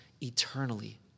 eternally